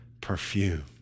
perfume